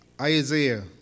Isaiah